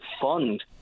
fund